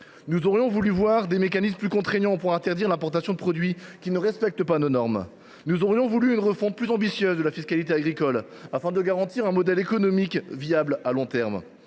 Nous aurions voulu voir des mécanismes plus contraignants pour interdire l’importation de produits qui ne respectent pas nos normes. Nous aurions voulu une refonte plus ambitieuse de la fiscalité agricole afin de garantir un modèle économique viable à long terme.